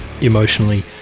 emotionally